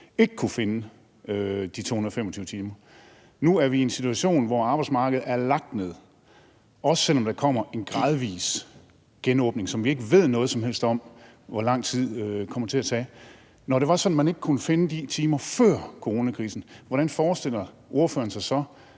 ikke kunne finde de 225 timers arbejde. Nu er vi i en situation, hvor arbejdsmarkedet er lagt ned – også selv om der kommer en gradvis genåbning, som vi ikke ved noget som helst om hvor lang tid kommer til at tage. Når det var sådan, at man ikke kunne finde de timer før coronakrisen, hvordan forestiller ordføreren sig så